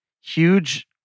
huge